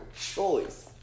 choice